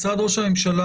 משרד ראש הממשלה,